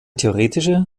theoretische